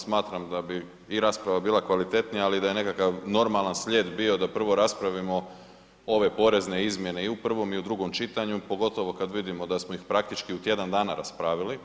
Smatram da bi i rasprava bila kvalitetnija, ali i da je nekakav normalan slijed bio da prvo raspravimo ove porezne izmjene i u prvom i u drugom čitanju, pogotovo kad vidimo da smo ih praktički u tjedan dana raspravili.